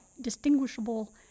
distinguishable